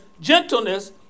gentleness